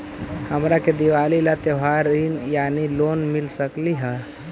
हमरा के दिवाली ला त्योहारी ऋण यानी लोन मिल सकली हे?